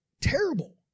terrible